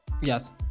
Yes